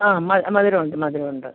ആ മ മധുരമുണ്ട് മധുരമുണ്ട്